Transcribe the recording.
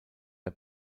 der